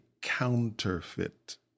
counterfeit